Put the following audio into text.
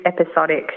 episodic